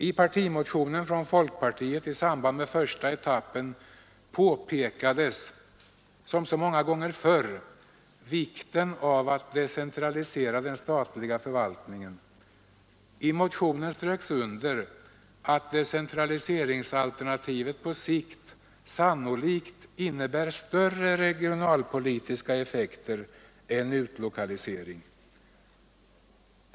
I partimotionen från folkpartiet i samband med första etappen påpekades, som så många gånger förr, vikten av att decentralisera den statliga förvaltningen. I motionen ströks under att decentraliseringsalternativet på sikt sannolikt innebär större regionalpolitiska effekter än utlokalisering.